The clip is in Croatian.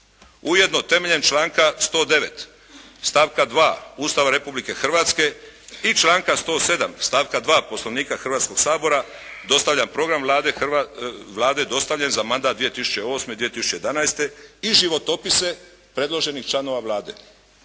Ujedno temeljem članka 109. stavka 2. Ustava Republike Hrvatske i članka 107. stavka 2. Poslovnika Hrvatskoga sabora dostavljam program Vlade dostavljen za mandat 2008. do 2011. i životopise predloženih članova Vlade.